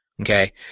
Okay